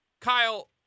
Kyle